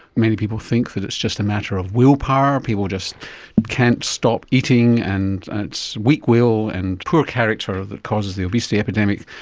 many people think that is just a matter of willpower, people just can't stop eating and it's weak will and poor character that causes the obesity epidemic,